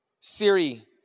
Siri